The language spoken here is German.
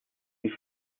die